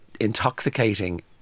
intoxicating